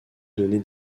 donner